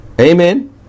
Amen